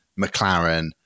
McLaren